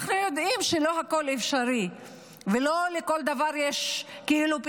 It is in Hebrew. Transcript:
אנחנו יודעים שלא הכול אפשרי ולא לכל דבר יש פתרון,